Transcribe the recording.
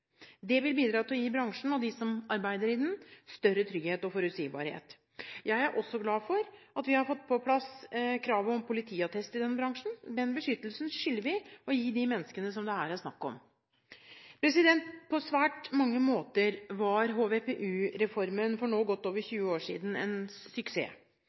Det vil bidra til å gi bransjen og dem som arbeider i den, større trygghet og forutsigbarhet. Jeg er også glad for at vi har fått på plass kravet om politiattest i denne bransjen. Den beskyttelsen skylder vi å gi de menneskene som det her er snakk om. På svært mange måter var HVPU-reformen for nå godt over 20 år siden en suksess.